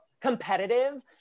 competitive